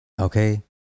Okay